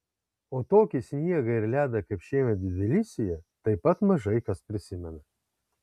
o tokį sniegą ir ledą kaip šiemet tbilisyje taip pat mažai kas prisimena